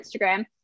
Instagram